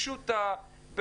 הפשוטה,